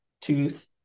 tooth